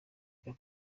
njya